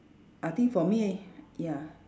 I think for me ya